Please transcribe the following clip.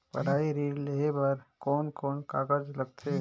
पढ़ाई ऋण लेहे बार कोन कोन कागज लगथे?